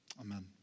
Amen